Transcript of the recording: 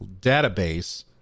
database